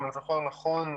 אם אני זוכר נכון,